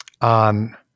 on